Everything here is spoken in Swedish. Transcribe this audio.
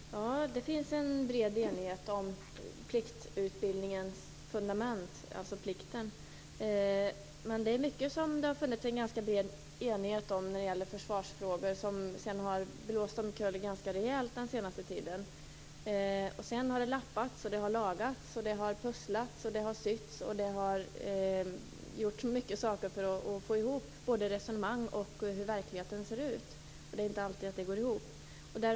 Fru talman! Ja, det finns en bred enighet om Pliktutredningens fundament, dvs. plikten. Men det är mycket som det har funnits en ganska bred enighet om när det gäller försvarsfrågor och som har blåst omkull ganska rejält under den senaste tiden. Sedan har det lappats, lagats, pusslats, sytts och gjorts mycket saker för att få ihop resonemang och hur verkligheten ser ut. Det är inte alltid det går ihop.